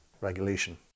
regulation